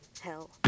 hell